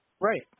Right